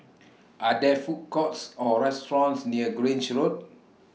Are There Food Courts Or restaurants near Grange Road